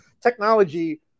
technology